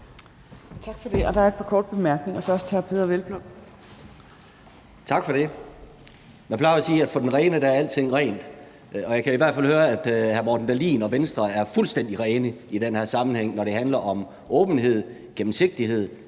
Man plejer jo at sige, at for den rene er alting rent, og jeg kan i hvert fald høre, at hr. Morten Dahlin og Venstre er fuldstændig rene i den her sammenhæng, når det handler om åbenhed, gennemsigtighed,